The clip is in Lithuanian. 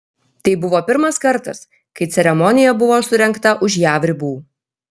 tai buvo pirmas kartas kai ceremonija buvo surengta už jav ribų